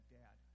dad